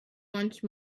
once